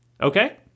Okay